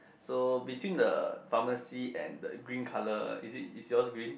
so between the pharmacy and the green colour is it is yours green